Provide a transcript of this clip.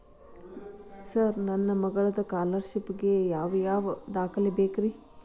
Sir ನನ್ನ ಮಗ್ಳದ scholarship ಗೇ ಯಾವ್ ಯಾವ ದಾಖಲೆ ಬೇಕ್ರಿ?